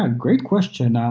ah great question.